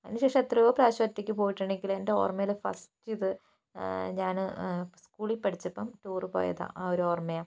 അതിനുശേഷം എത്രയോ പ്രാവശ്യം ഒറ്റയ്ക്ക് പോയിട്ടുണ്ടെങ്കിലും എൻ്റെ ഓർമ്മയിൽ ഫസ്റ്റ് ഇത് ഞാൻ സ്കൂളിൽ പഠിച്ചപ്പം ടൂർ പോയതാണ് ആ ഒരു ഓർമ്മയാണ്